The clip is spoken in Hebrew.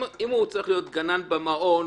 אם הוא צריך להיות גנן במעון,